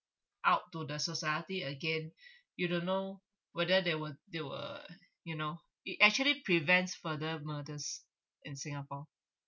out to the society again you don't know whether they will they will you know it actually prevents further murders in singapore